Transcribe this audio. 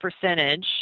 percentage